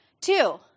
Two